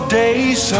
days